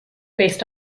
based